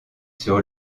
sur